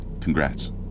Congrats